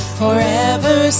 forever